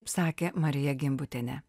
sakė marija gimbutienė